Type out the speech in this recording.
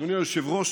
אדוני היושב-ראש,